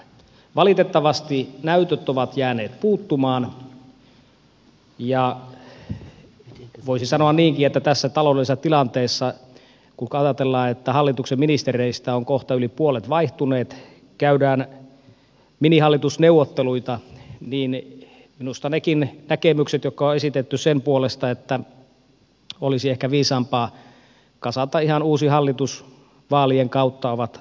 valitettavasti näytöt ovat jääneet puuttumaan ja voisi sanoa niinkin että tässä taloudellisessa tilanteessa kun ajatellaan että hallituksen ministereistä on kohta yli puolet vaihtunut käydään minihallitusneuvotteluita minusta nekin näkemykset jotka on esitetty sen puolesta että olisi ehkä viisaampaa kasata ihan uusi hallitus vaalien kautta ovat perusteltuja